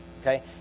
Okay